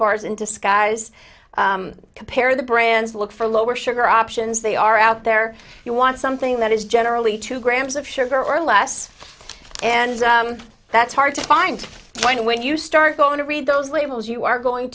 bars in disguise compare the brands look for lower sugar options they are out there you want something that is generally two grams of sugar or less and that's hard to find when when you start going to read those labels you are going